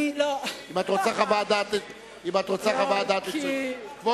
זאת